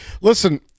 listen